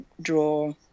draw –